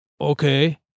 okay